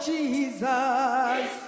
Jesus